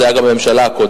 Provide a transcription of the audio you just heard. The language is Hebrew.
זה היה גם בממשלה הקודמת,